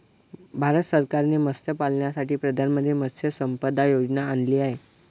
भारत सरकारने मत्स्यपालनासाठी प्रधानमंत्री मत्स्य संपदा योजना आणली आहे